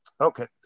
Okay